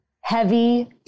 heavy